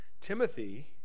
Timothy